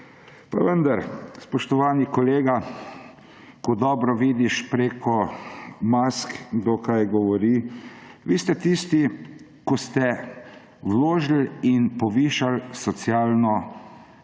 Pa vendar, spoštovani kolegi, ko dobro vidiš preko mask, kdo kaj govori, vi ste tisti, ki ste vložili in povišali socialni znesek.